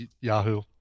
Yahoo